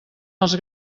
els